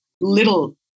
little